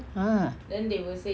ah